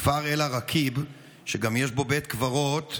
הכפר אל-עראקיב,